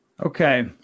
Okay